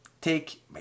take